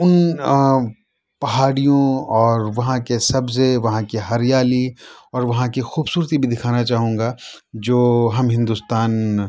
اُن پہاڑیوں اور وہاں کے سبزے وہاں کی ہریالی اور وہاں کی خوبصورتی بھی دکھانا چاہوں گا جو ہم ہندوستان